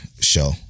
show